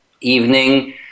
evening